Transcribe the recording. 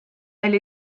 elle